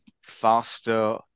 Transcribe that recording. faster